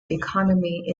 economy